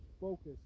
focus